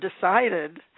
decided